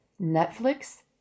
Netflix